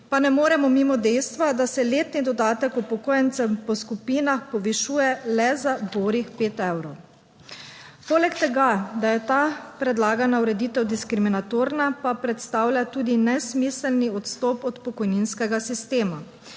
pa ne moremo mimo dejstva, da se letni dodatek upokojencem po skupinah povišuje le za borih 5 evrov. Poleg tega, da je ta predlagana ureditev diskriminatorna, pa predstavlja tudi nesmiselni odstop od pokojninskega sistema.